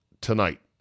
tonight